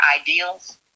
ideals